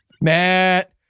Matt